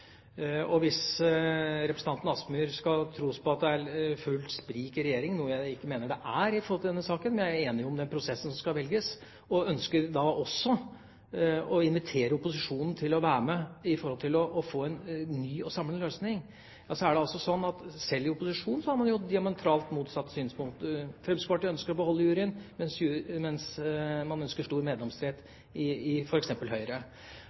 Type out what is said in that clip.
Hvis representanten Kielland Asmyhr skal bli trodd på at det er fullt sprik i Regjeringa – noe jeg ikke mener det er i denne saken, vi er enige om den prosessen som skal velges, og ønsker også å invitere opposisjonen til å være med for å få til en ny og samlende løsning – er det altså sånn at sjøl i opposisjonen har man diametralt motsatte synspunkter. Fremskrittspartiet ønsker å beholde juryen, mens man ønsker stor meddomsrett i f.eks. Høyre.